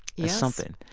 yeah something.